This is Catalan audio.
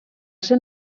ser